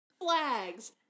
flags